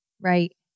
right